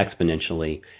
exponentially